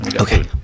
Okay